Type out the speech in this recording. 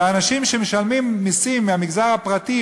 ואנשים שמשלמים מסים מהמגזר הפרטי,